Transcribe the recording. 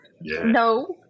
No